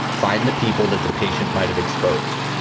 find the people that the patient might have exposed.